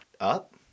Up